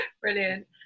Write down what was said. Brilliant